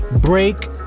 Break